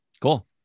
cool